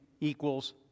equals